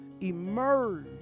emerge